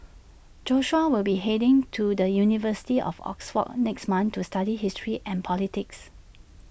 Joshua will be heading to the university of Oxford next month to study history and politics